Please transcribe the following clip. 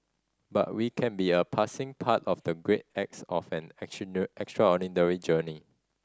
but we can be a passing part of the great acts of an extraordinary journey